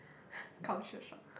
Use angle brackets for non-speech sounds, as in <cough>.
<breath> culture shock